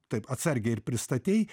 taip atsargiai ir pristatei